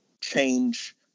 change